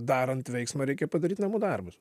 darant veiksmą reikia padaryt namų darbus